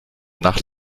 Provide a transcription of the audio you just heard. nach